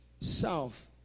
south